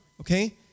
Okay